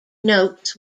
notes